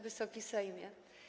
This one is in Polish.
Wysoki Sejmie!